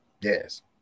yes